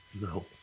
No